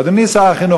אדוני שר החינוך,